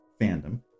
fandom